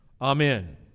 Amen